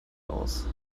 aus